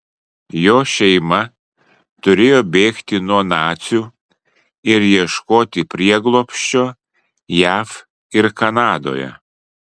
jo šeima turėjo bėgti nuo nacių ir ieškoti prieglobsčio jav ir kanadoje